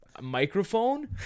microphone